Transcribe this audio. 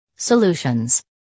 Solutions